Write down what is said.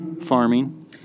farming